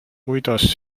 kuidas